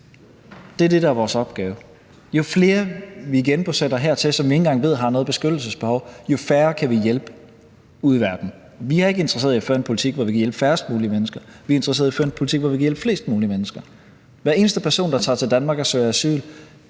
der er vores opgave. Jo flere vi genbosætter hertil, som vi ikke engang ved om har noget beskyttelsesbehov, jo færre kan vi hjælpe ude i verden. Vi er ikke interesserede i at føre en politik, hvor vi kan hjælpe færrest mulige mennesker; vi er interesserede i at føre en politik, hvor vi kan hjælpe flest mulige mennesker. Hver eneste person, der tager til Danmark og søger asyl,